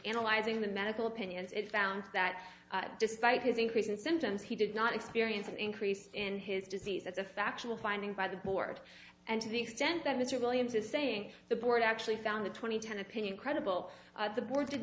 analyzing the medical opinions it's found that despite his increase in sentence he did not experience an increase in his disease as a factual finding by the board and to the extent that mr williams is saying the board actually found the twenty ten opinion credible the board did